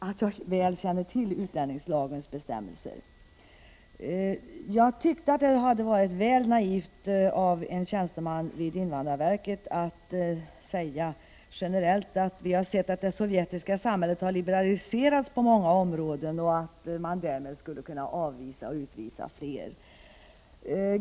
Det vore litet väl naivt av en tjänsteman vid invandrarverket att generellt säga att vi har sett att det sovjetiska samhället har liberaliserats på många områden och att man därmed skulle kunna avvisa och utvisa flera.